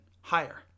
higher